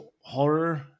horror